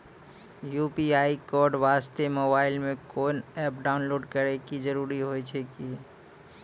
UPI code वास्ते mobile मे कोय एप्प डाउनलोड करे के जरूरी होय छै की?